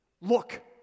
look